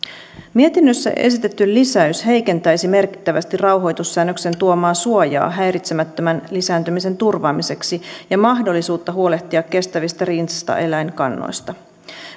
mietinnössä esitetty lisäys heikentäisi merkittävästi rauhoitussäännöksen tuomaa suojaa häiritsemättömän lisääntymisen turvaamiseksi ja mahdollisuutta huolehtia kestävistä riistaeläinkannoista